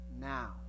Now